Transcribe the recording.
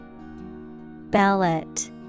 Ballot